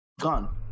gone